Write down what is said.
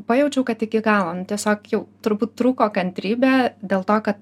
pajaučiau kad iki galo nu tiesiog jau turbūt trūko kantrybė dėl to kad